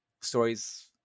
stories